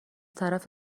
طرف